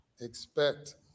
expect